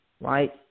right